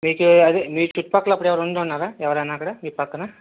మీకు అదే మీ చుట్టుపక్కల అప్పుడు ఎవరైనా ఉండి ఉన్నారా ఎవరన్నా అక్కడ మీ ప్రక్కన